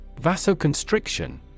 Vasoconstriction